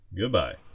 Goodbye